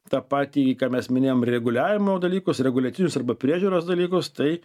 tą patį ką mes minėjom reguliavimo dalykus reguliacinius arba priežiūros dalykus tai